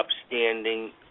upstanding